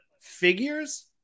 figures